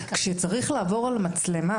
כשצריך לעבור על מצלמה,